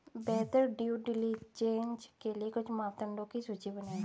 बेहतर due diligence के लिए कुछ मापदंडों की सूची बनाएं?